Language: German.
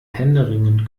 händeringend